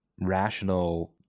rational